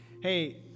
Hey